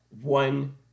one